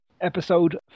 episode